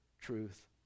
truth